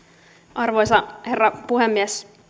arvoisa herra puhemies